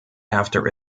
after